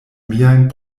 miajn